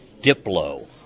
Diplo